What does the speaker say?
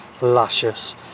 luscious